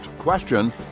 question